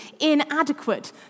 inadequate